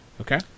Okay